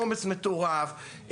עומס מטורף,